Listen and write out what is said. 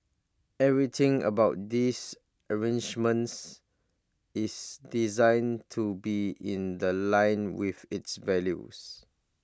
everything about these arrangements is designed to be in The Line with its values